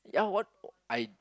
yeah what I